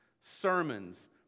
sermons